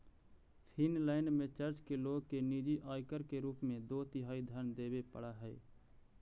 Finland में church के लोग के निजी आयकर के रूप में दो तिहाई धन देवे पड़ऽ हई